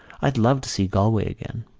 i'd love to see galway again.